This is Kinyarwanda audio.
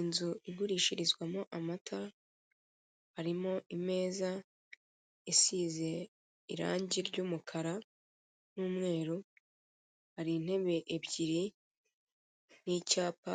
Inzu igurishirizwamo amata harimo imeza isize irange ry'umukara, n'umweru, hari inteba ebyiri, n'icyapa